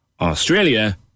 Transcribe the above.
australia